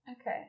Okay